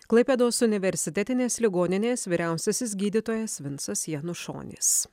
klaipėdos universitetinės ligoninės vyriausiasis gydytojas vincas janušonis